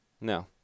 No